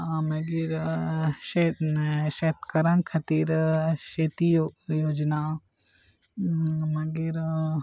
मागीर शेत शेतकारां खातीर शेती योजना मागीर